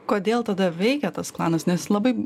kodėl tada veikia tas klanas nes jis labai